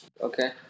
Okay